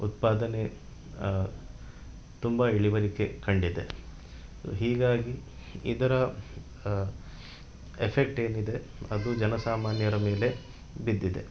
ಉತ್ಪಾದನೆ ತುಂಬಾ ಇಳಿವರಿಕೆ ಕಂಡಿದೆ ಹೀಗಾಗಿ ಇದರ ಎಫೆಕ್ಟ್ ಏನಿದೆ ಅದು ಜನ ಸಾಮಾನ್ಯರ ಮೇಲೆ ಬಿದ್ದಿದ್ದೆ